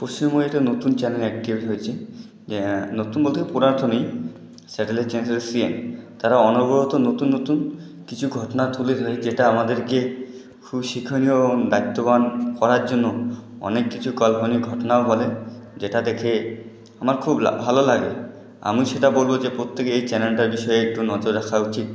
পশ্চিমবঙ্গে একটা নতুন চ্যানেল অ্যাক্টিভেট হয়েছে নতুন বলতে পুরাতনই স্যাটেলাইট চ্যানেলটা হল সিএন তারা অনবরত নতুন নতুন কিছু ঘটনা তুলে ধরে যেটা আমাদেরকে খুবই শিক্ষণীয় এবং করার জন্য অনেক কিছু কল্পনিক ঘটনাও বলে যেটা দেখে আমার খুব ভালো লাগে আমি সেটা বলব যে প্রত্যেকের এই চ্যানেলটার বিষয়ে একটু নজর রাখা উচিত